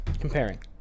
Comparing